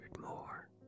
more